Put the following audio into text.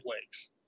lakes